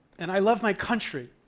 and i love my country,